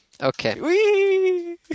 Okay